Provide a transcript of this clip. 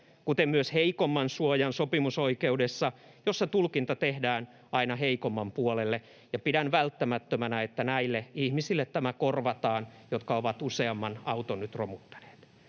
kuten myös heikomman suojan sopimusoikeudessa, jossa tulkinta tehdään aina heikomman puolelle, ja pidän välttämättömänä, että tämä korvataan näille ihmisille, jotka ovat useamman auton nyt romuttaneet.